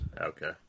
okay